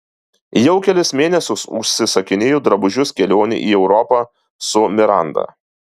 jau kelis mėnesius užsisakinėju drabužius kelionei į europą su miranda